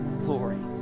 glory